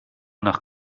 nach